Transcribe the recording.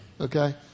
okay